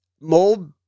Mold